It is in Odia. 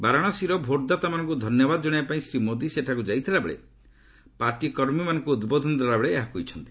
ବାରାଣସୀର ଭୋଟ୍ଦାତାମାନଙ୍କୁ ଧନ୍ୟବାଦ ଜଣାଇବା ପାଇଁ ଶ୍ରୀ ମୋଦି ସେଠାକୁ ଯାଇଥିବା ବେଳେ ପାର୍ଟି କର୍ମୀମାନଙ୍କୁ ଉଦ୍ବୋଧନ ଦେଲାବେଳେ ଏହା କହିଛନ୍ତି